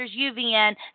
UVN